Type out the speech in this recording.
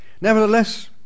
Nevertheless